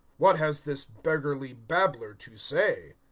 what has this beggarly babbler to say?